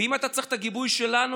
ואם אתה צריך את הגיבוי שלנו,